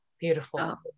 Beautiful